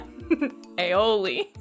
Aioli